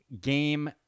game